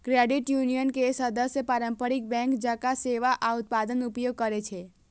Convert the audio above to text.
credit union के सदस्य पारंपरिक बैंक जकां सेवा आ उत्पादक उपयोग करै छै